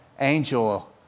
angel